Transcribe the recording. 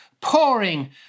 pouring